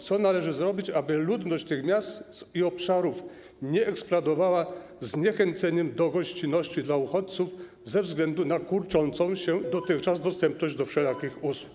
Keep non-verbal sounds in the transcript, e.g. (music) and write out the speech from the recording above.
Co należy zrobić, aby ludność tych miast i obszarów nie eksplodowała zniechęceniem do gościnności dla uchodźców ze względu na kurczącą się (noise) dotychczasową dostępność wszelakich usług?